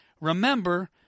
remember